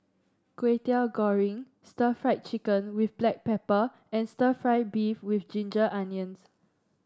Kway Teow Goreng stir Fry Chicken with Black Pepper and stir fry beef with Ginger Onions